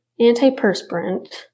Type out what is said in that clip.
antiperspirant